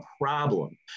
problem